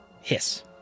hiss